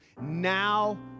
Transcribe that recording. now